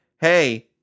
Hey